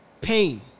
pain